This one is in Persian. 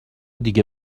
دیگه